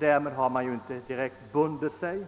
Därmed har man heller inte direkt bundit sig.